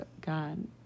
God